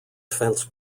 fence